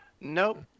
Nope